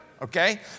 okay